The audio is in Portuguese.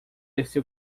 esse